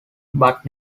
but